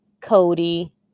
Cody